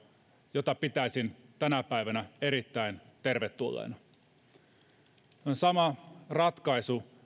jota pitäisin tänä päivänä erittäin tervetulleena se on sama ratkaisu